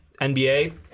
NBA